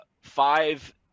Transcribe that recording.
five